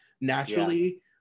naturally